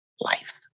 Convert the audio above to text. life